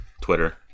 Twitter